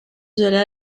zola